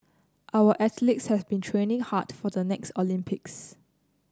our athletes has been training hard for the next Olympics